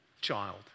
child